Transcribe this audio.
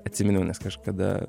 atsiminiau nes kažkada